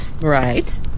Right